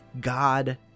God